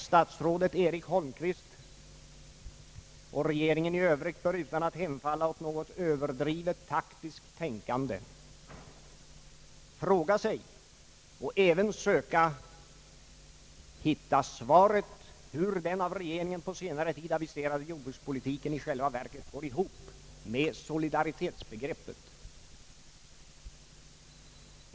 Statsrådet Erik Holmqvist och regeringen i övrigt bör utan att hemfalla åt något överdrivet taktiskt tänkande fråga sig och även söka hitta svaret hur den av regeringen på senare tid aviserade jordbrukspolitiken i själva verket går ihop med solidaritetsbegreppet.